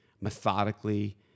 methodically